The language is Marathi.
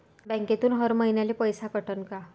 बँकेतून हर महिन्याले पैसा कटन का?